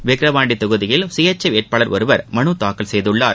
விக்ரவாண்டி தொகுதியில் சுயேச்சை வேட்பாளர் ஒருவர் மனு தாக்கல் செய்துள்ளார்